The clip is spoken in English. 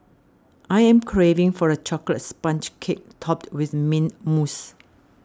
I am craving for a Chocolate Sponge Cake Topped with Mint Mousse